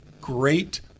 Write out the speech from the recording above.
great